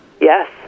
Yes